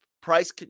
price